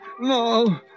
No